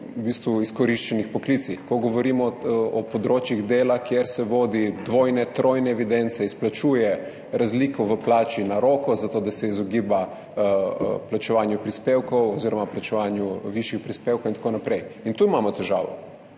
izkoriščenih poklicih, ko govorimo o področjih dela, kjer se vodijo dvojne, trojne evidence, izplačuje razliko v plači na roko, zato da se izogiba plačevanju prispevkov oziroma plačevanju višjih prispevkov in tako naprej. Tu imamo težavo